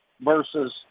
versus